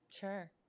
Sure